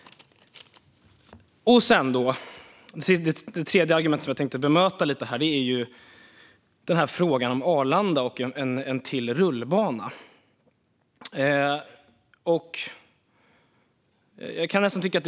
Det tredje argumentet jag ska bemöta rör frågan om en rullbana till på Arlanda.